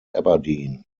aberdeen